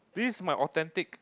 this is my authentic